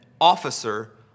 officer